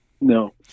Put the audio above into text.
No